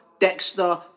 Dexter